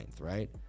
right